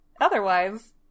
otherwise